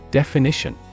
definition